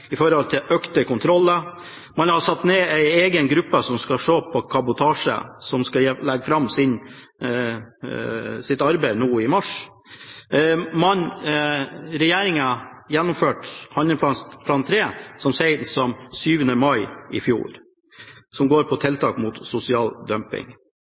kontroller, og man har satt ned en egen gruppe som skal se på kabotasje, og som skal legge fram sitt arbeid i mars. Regjeringen gjennomførte handlingsplan 3 så sent som 7. mai i fjor, som går på tiltak mot sosial dumping.